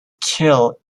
kill